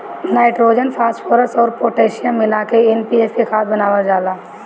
nitrogen, phosphorus अउर potassium मिला के एन.पी.के खाद बनावल जाला